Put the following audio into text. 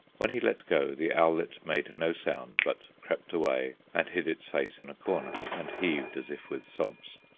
when he let go, the owlet made no sound, but crept away and hid its face in a corner, and heaved as if with sobs.